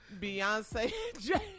beyonce